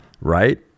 right